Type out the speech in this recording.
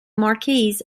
marquess